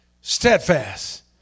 steadfast